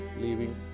leaving